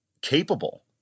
capable